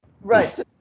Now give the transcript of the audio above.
Right